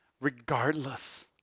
regardless